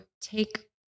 take